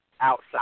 outside